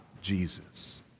Jesus